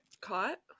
caught